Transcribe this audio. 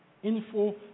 info